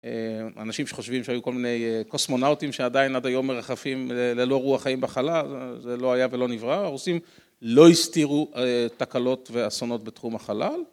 אנשים שחושבים שהיו כל מיני קוסמונאוטים, שעדיין עד היום מרחפים ללא רוח חיים בחלל, זה לא היה ולא נברא. הרוסים לא הסתירו תקלות ואסונות בתחום החלל.